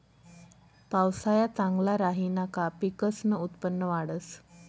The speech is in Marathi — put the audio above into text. पावसाया चांगला राहिना का पिकसनं उत्पन्न वाढंस